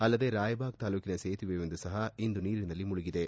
ಅಲ್ಲದೆ ರಾಯಬಾಗ್ ತಾಲೂಕಿನ ಸೇತುವೆಯೊಂದು ಸಹ ಇಂದು ನೀರಿನಲ್ಲಿ ಮುಳುಗಿದೆ